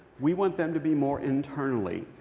we want them to be more internally.